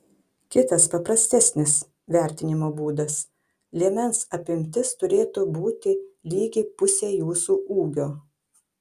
kitas paprastesnis vertinimo būdas liemens apimtis turėtų būti lygi pusei jūsų ūgio